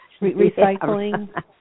Recycling